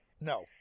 No